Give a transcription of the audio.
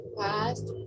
past